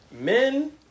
men